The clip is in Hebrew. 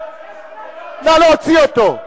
נא להוציא אותו.